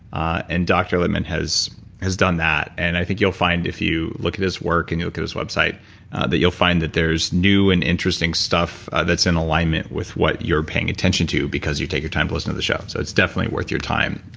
ah and dr. lipman has has done that and i think you'll find if you look at his work, and you look at his website that you'll find that there's new and interesting stuff that's in alignment with what you're paying attention to, because you take the time to listen to the show. so it's definitely worth your time.